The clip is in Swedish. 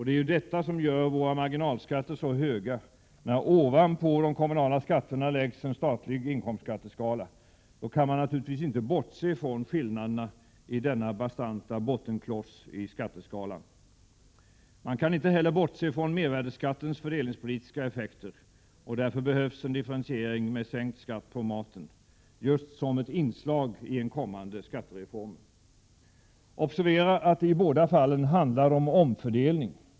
Det är ju detta som gör våra marginalskatter så höga, när ovanpå de kommunala skatterna läggs en statlig inkomstskatteskala. Då kan man naturligtvis inte bortse från skillnaderna i denna bastanta bottenkloss i skatteskalan. Man kan inte heller bortse från mervärdeskattens fördelningspolitiska effekter. Därför behövs en differentiering med sänkt skatt på maten just som ett inslag i en skattereform. Observera att det i båda fallen handlar om omfördelning.